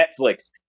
Netflix